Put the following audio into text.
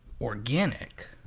Organic